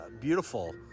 beautiful